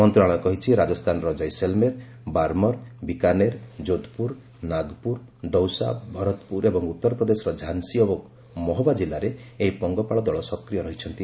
ମନ୍ତ୍ରଣାଳୟ କହିଛି ରାଜସ୍ଥାନର ଜୈସାଲ୍ମେର ବାର୍ମର୍ ବିକାନେର୍ ଯୋଧପୁର ନାଗପୁର ଦଉସା ଭରତପୁର ଏବଂ ଉତ୍ତର ପ୍ରଦେଶର ଝାନ୍ସୀ ଓ ମହୋବା କିଲ୍ଲାରେ ଏହି ପଙ୍ଗପାଳ ଦଳ ସକ୍ରିୟ ରହିଛନ୍ତି